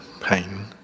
pain